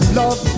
love